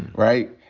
right?